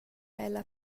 ella